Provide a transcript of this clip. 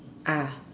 ah